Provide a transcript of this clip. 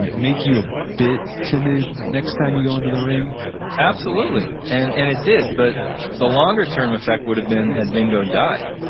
and make you a bit timid next time you go into the ring absolutely. and and it did, but the longer term effect would have been had vingo died.